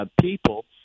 people